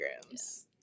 programs